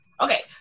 Okay